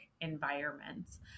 environments